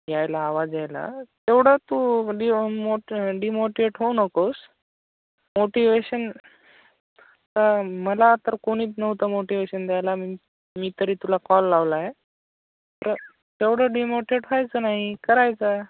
यायला आवाज यायला तेवढा तू डीमोट डिमोटेट होऊ नकोस मोटिवेशन तर मला तर कोणीचं नव्हतं मोटिवेशन द्यायला मी मी तरी तुला कॉल लावला आहे ते तेवढं डिमोटिवेट व्हायचं नाही करायचं